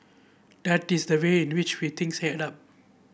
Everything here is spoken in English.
that is the way in which we things add up